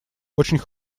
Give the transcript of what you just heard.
очень